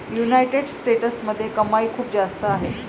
United स्टेट्समध्ये कमाई खूप जास्त आहे